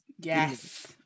yes